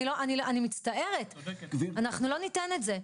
לא ניתן את זה.